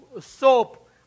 soap